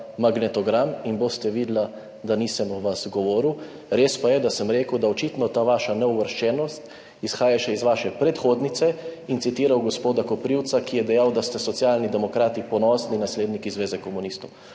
magnetogram in boste videla, da nisem o vas govoril, res pa je, da sem rekel, da očitno ta vaša neuvrščenost izhaja še iz vaše predhodnice in citiral gospoda Koprivca, ki je dejal, da ste Socialni demokrati ponosni nasledniki Zveze komunistov.